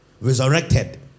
Resurrected